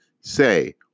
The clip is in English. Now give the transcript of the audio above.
say